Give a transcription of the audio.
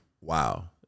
Wow